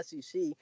SEC